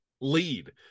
Lead